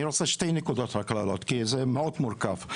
אני רוצה להעלות שתי נקודות, כי זה מאוד מורכב.